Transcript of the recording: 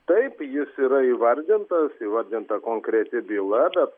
taip jis yra įvardintas įvardinta konkreti byla bet